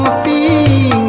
be